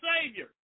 Savior